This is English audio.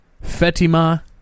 Fatima